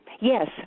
yes